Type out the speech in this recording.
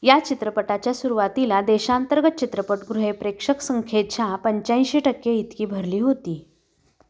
या चित्रपटाच्या सुरुवातीला देशांतर्गत चित्रपटगृहे प्रेक्षकसंख्येच्या पंच्याऐंशी टक्के इतकी भरली होती